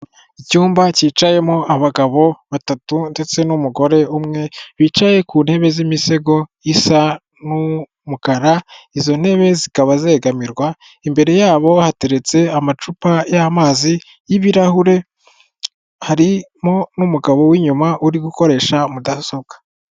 Icyumba cyicayemo abagabo batatu ndetse n'umugore umwe, bicaye ku ntebe z'imisego isa n'umukara izo ntebe zikaba zegamirwa imbere yabo hateretse amacupa y'amazi y'ibirahure harimo n'umugabo w'inyuma uri gukoresha mudasobwa.